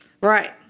Right